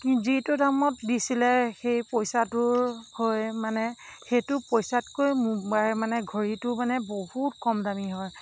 যিটো দামত দিছিলে সেই পইচাটোৰ হৈ মানে সেইটো পইচাতকৈ মানে ঘড়ীটো মানে বহুত কম দামী হয়